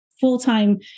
full-time